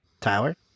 Tyler